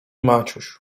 maciuś